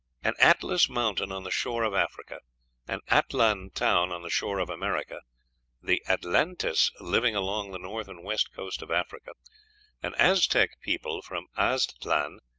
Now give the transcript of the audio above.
an atlas mountain on the shore of africa an atlan town on the shore of america the atlantes living along the north and west coast of africa an aztec people from aztlan,